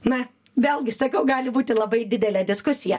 na vėlgi sakau gali būti labai didelė diskusija